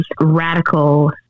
radical